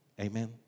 Amen